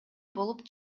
болуп